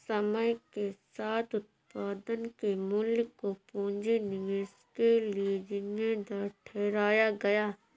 समय के साथ उत्पादन के मूल्य को पूंजी निवेश के लिए जिम्मेदार ठहराया गया